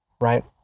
right